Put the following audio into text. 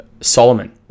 Solomon